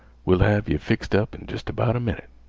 we'll have yeh fixed up in jest about a minnit.